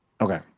Okay